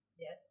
Yes